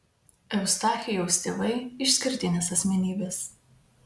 eustachijaus tėvai išskirtinės asmenybės